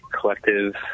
Collective